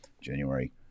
January